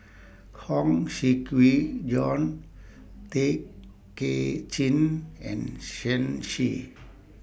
Huang Shiqi Joan Tay Kay Chin and Shen Xi